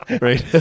right